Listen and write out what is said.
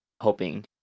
hoping